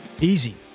Easy